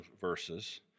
verses